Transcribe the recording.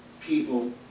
people